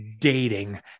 dating